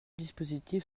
dispositifs